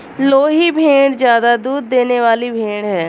लोही भेड़ ज्यादा दूध देने वाली भेड़ है